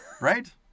right